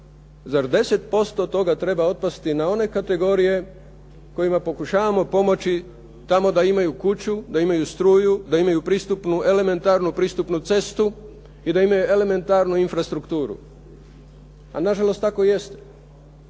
zar 10% treba otpasti na one kategorije kojima pokušavamo pomoći tamo a imaju kuću, da imaju struju, da imaju elementarnu pristupnu cestu, i da imaju elementarnu infrastrukturu, a na žalost tako i jeste.